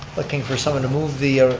looking for someone to move the,